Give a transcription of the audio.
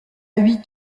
huit